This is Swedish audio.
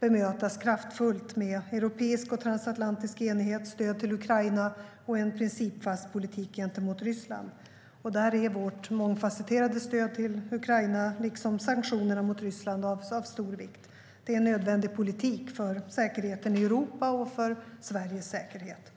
bemötas kraftfullt med europeisk och transatlantisk enighet, stöd till Ukraina och en principfast politik gentemot Ryssland. Där är vårt mångfasetterade stöd till Ukraina liksom sanktionerna mot Ryssland av stor vikt. Det är en nödvändig politik för säkerheten i Europa och för Sveriges säkerhet.